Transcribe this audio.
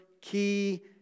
key